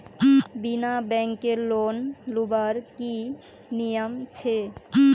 बिना बैंकेर लोन लुबार की नियम छे?